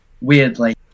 weirdly